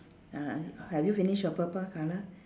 uh uh have you finish your purple colour